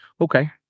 Okay